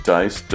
Dice